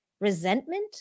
resentment